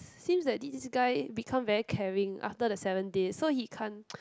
seems that this guy become very caring after the seven days so he can't